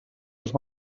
als